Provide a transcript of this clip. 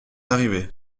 arrivée